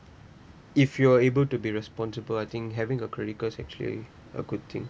if you are able to be responsible I think having a credit card actually a good thing